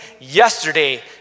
yesterday